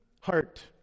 heart